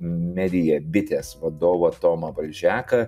media bitės vadovą tomą balžeką